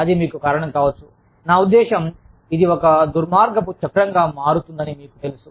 అది మీకు కారణం కావచ్చు నా ఉద్దేశ్యం ఇది ఒక దుర్మార్గపు చక్రంగా మారుతుందని మీకు తెలుసు